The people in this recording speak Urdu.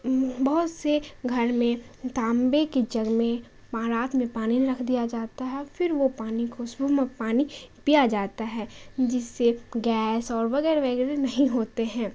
بہت سے گھر میں تانبے کے جگ میں رات میں پانی رکھ دیا جاتا ہے پھر وہ پانی کو صبح پانی پیا جاتا ہے جس سے گیس اور وغیرہ وغیرہ نہیں ہوتے ہیں